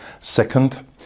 Second